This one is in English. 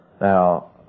Now